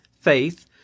faith